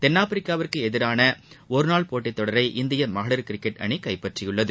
தென்னாப்பிரிக்காகவுக்கு எதிரான ஒருநாள் போட்டித் தொடரை இந்திய மகளிர் கிரிக்கெட் அணி கைப்பற்றியுள்ளது